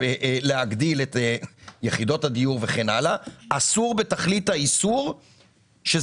להגדיל את יחידות הדיור וכן הלאה אבל אסור בתכלית האיסור שזה